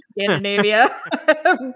Scandinavia